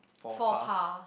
faux pas